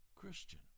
Christian